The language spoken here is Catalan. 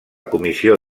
comissió